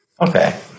Okay